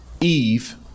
Eve